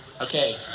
Okay